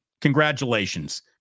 Congratulations